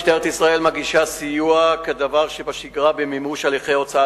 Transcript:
משטרת ישראל מגישה סיוע כדבר שבשגרה במימוש הליכי הוצאה